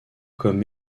comme